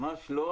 ממש לא,